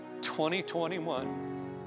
2021